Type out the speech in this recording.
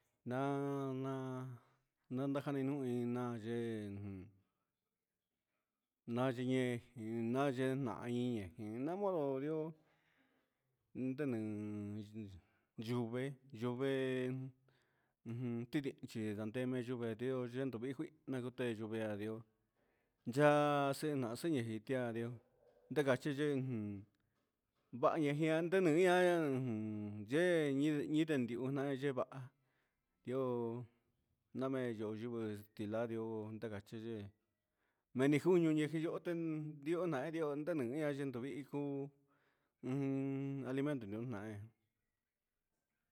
Na na najaninui nayeen, nayen nani nijen un namodo ihó ummm ndenen yuvee nruvee ummm tinriche nademe ayi'ó chendo mi'í nigui nayujendo vii nguí nayuu teya ndadi'ó ya'a xena yingui kiá, ndikachichen vaña jian ndenujián ujun yee ñindee niye niuna yeeva'a yo'o name yo'o yuvex tiun lanrio nagachité meni juni'ó nachi nrioteé, ndiona ndio najan chendovii dikuu jun alimento nonai.